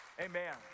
Amen